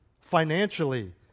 financially